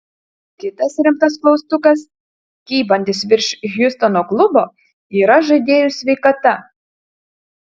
kitas rimtas klaustukas kybantis virš hjustono klubo yra žaidėjų sveikata